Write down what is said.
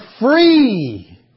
free